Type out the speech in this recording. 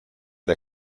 der